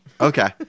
Okay